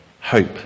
hope